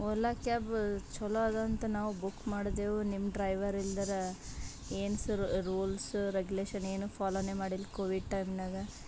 Ola cab ಛಲೋ ಅದಂತ ನಾವು ಬುಕ್ ಮಾಡಿದೆವು ನಿಮ್ಮ ಡ್ರೈವರ್ ಇಲ್ದರ ಏನು ಸರಿ ರೂಲ್ಸ್ ರೆಗ್ಯುಲೇಷನ್ ಏನು ಫಾಲೋನೇ ಮಾಡಿಲ್ಲ ಕೋವಿಡ್ ಟೈಮ್ನಾಗ